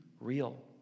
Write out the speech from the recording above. real